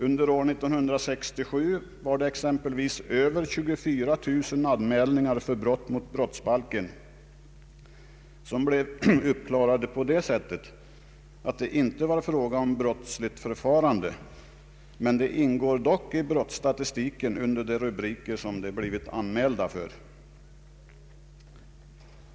Under år 1967 uppklarades exempelvis på den vägen över 24000 anmälningar för brott mot brottsbalken; det kunde konstateras att det beträffande dessa brott inte var fråga om brottsligt förfarande. Dessa brott tas dock upp i brottsstatistiken under de rubriker som anmälan avsett.